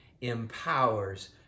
empowers